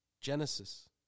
Genesis